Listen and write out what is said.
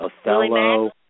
Othello